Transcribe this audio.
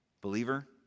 believer